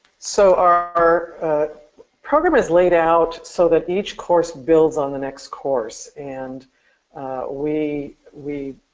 so our program has laid out so that each course builds on the next course and we we